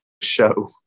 show